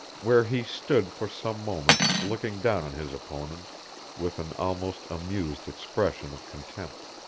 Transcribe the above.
where he stood for some moments looking down on his opponent with an almost amused expression of contempt.